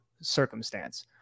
circumstance